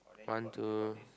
one two